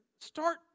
start